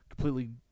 completely